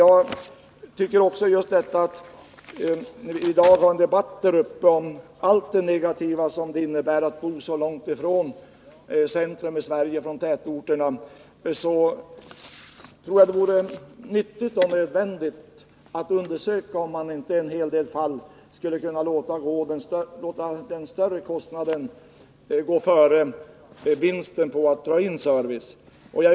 Jag tycker också att när det i dag förs debatter där uppe om allt negativt som det innebär att bo så långt från låt mig säga centrum av Sverige, så långt från tätorterna, vore det nyttigt och nödvändigt att undersöka om man inte i en hel del fall skulle kunna låta den större kostnaden få gå före vinsten på att dra in service.